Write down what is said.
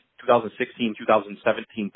2016-2017